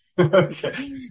Okay